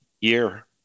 year